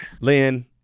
Lynn